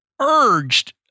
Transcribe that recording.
urged